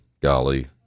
golly